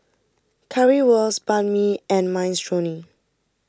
Currywurst Banh Mi and Minestrone